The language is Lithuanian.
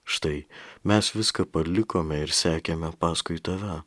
štai mes viską palikome ir sekėme paskui tave